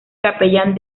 capellán